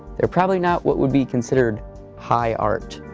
they're probably not what would be considered high art.